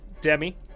Demi